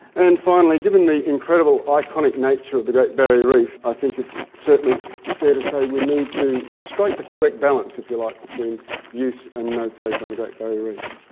and finally, given the incredible iconic nature of the great barrier reef, i think it's certainly fair to say we need to strike the correct balance if you like between use and no-take on the great barrier reef.